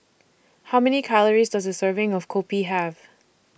How Many Calories Does A Serving of Kopi Have